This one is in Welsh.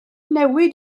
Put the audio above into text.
newid